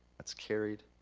that's carried.